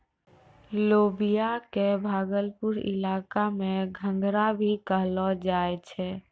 लोबिया कॅ भागलपुर इलाका मॅ घंघरा भी कहलो जाय छै